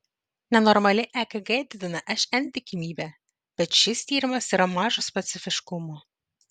nenormali ekg didina šn tikimybę bet šis tyrimas yra mažo specifiškumo